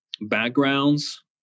backgrounds